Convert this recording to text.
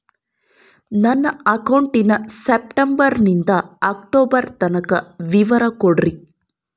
ನನ್ನ ಅಕೌಂಟಿನ ಸೆಪ್ಟೆಂಬರನಿಂದ ಅಕ್ಟೋಬರ್ ತನಕ ವಿವರ ಕೊಡ್ರಿ?